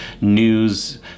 news